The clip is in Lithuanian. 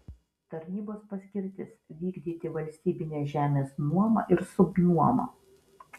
tarnybos paskirtis vykdyti valstybinės žemės nuomą ir subnuomą